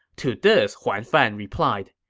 to this, huan fan replied,